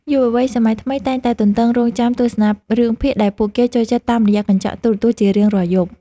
យុវវ័យសម័យថ្មីតែងតែទន្ទឹងរង់ចាំទស្សនារឿងភាគដែលពួកគេចូលចិត្តតាមរយៈកញ្ចក់ទូរទស្សន៍ជារៀងរាល់យប់។